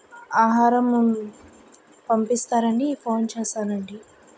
ఆహారం పంపిస్తారని ఫోన్ చేశానండి